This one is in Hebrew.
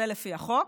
זה לפי החוק.